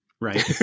Right